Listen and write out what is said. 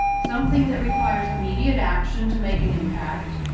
something that requires immediate action to make an impact,